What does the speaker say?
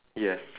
ya